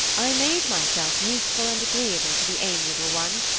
i made myself useful and agreeable to the amiable ones,